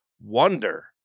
wonder